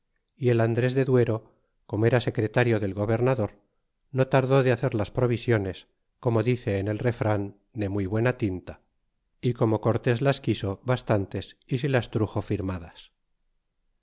y el andres de duero como era secretario del gobernador no tardó de hacer las provisiones como dice en el refran de muy buena tinta y como cortés las quiso bastantes y se las truxo firmadas